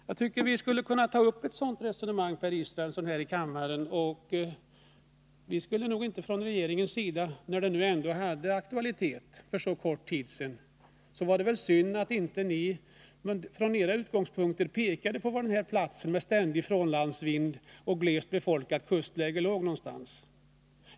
Jag tycker att vi skall ta upp ett resonemang om det här i kammaren, Per Israelsson. När frågan för mycket kort tid sedan hade aktualitet var det synd att ni inte, från era utgångspunkter, pekade på var den här platsen vid kusten med ständig frånlandsvind och gles befolkning låg någonstans!